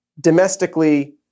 domestically